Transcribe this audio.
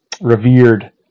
revered